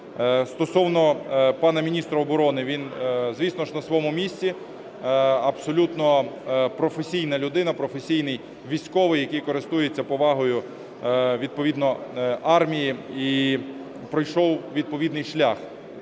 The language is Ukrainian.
Стосовно пана міністра оборони. Він, звісно, на своєму місці, абсолютно професійна людина, професійний військовий, який користується повагою відповідно армії і пройшов відповідний шлях